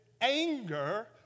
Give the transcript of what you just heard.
anger